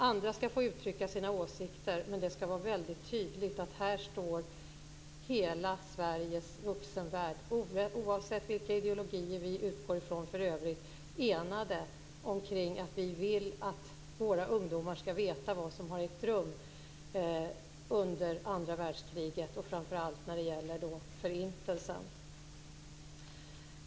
Andra skall få uttrycka sina åsikter, men det skall vara väldigt tydligt att här står hela Sveriges vuxenvärld enad om att vi, oavsett vilka ideologier vi utgår från för övrigt, vill att våra ungdomar skall veta vad som har ägt rum under andra världskriget, framför allt när det gäller Förintelsen.